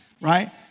right